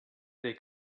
they